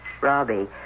Robbie